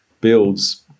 builds